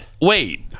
Wait